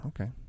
okay